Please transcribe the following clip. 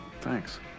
Thanks